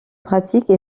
pratique